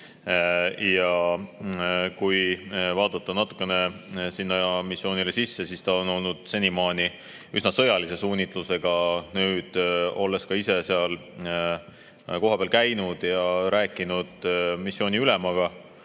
Kui vaadata natukene sinna missioonile sisse, siis see on olnud senimaani üsna sõjalise suunitlusega. Ma olen ka ise seal kohapeal käinud ja rääkinud missiooni ülemaga.